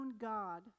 God